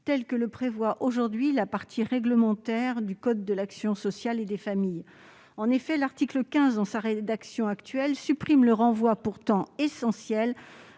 tel que le prévoit aujourd'hui la partie réglementaire du code de l'action sociale et des familles. En effet, l'article 15, dans sa réaction actuelle, supprime le renvoi, pourtant essentiel,